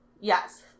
Yes